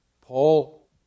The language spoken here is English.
Paul